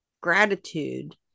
gratitude